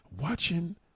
watching